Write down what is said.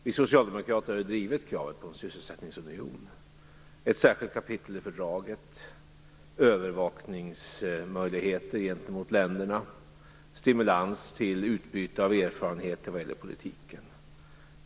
Vi socialdemokrater har drivit kravet på en sysselsättningsunion, ett särskilt kapitel i fördraget, övervakningsmöjligheter gentemot länderna och stimulans till utbyte av erfarenheter i politiken.